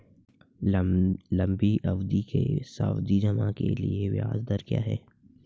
लंबी अवधि के सावधि जमा के लिए ब्याज दर क्या है?